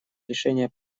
решения